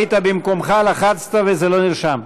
היית במקומך, לחצת וזה לא נרשם.